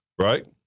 Right